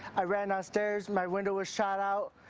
i ran downstairs, my window was shot out,